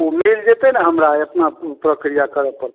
ओ मिल जेतै ना हमारा इतना प प्रक्रिया कर परतै